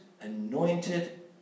anointed